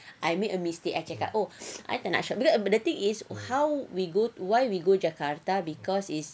I make a mistake I oh I tak nak shop because but the thing is how we go to why we go jakarta because is